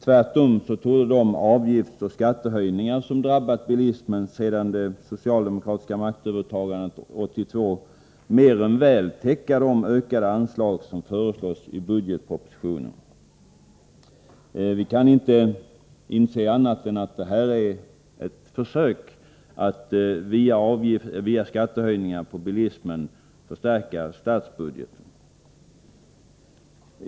Tvärtom torde de avgiftsoch skattehöjningar som drabbat bilismen sedan det socialdemokratiska maktövertagandet 1982 mer än väl täcka de ökade anslag som föreslås i budgetpropositionen. Vi kan inte inse annat än att detta är ett försök att via skattehöjningar för bilismen förstärka statsbudgeten.